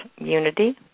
unity